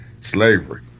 slavery